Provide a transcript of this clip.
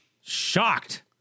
Shocked